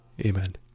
Amen